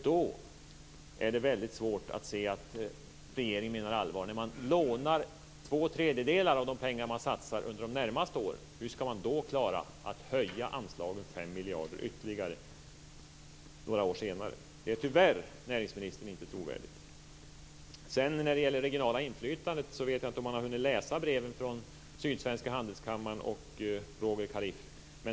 Det är väldigt svårt att se att regeringen menar allvar när man lånar två tredjedelar av de pengar man satsar under de närmaste åren. Hur ska man då klara att höja anslagen 5 miljarder ytterligare några år senare? Det är tyvärr, näringsministern, inte trovärdigt. När det gäller det regionala inflytandet vet jag inte om näringsministern har hunnit läsa breven från Sydsvenska handelskammaren och Roger Kaliff.